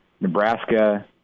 Nebraska